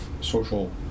social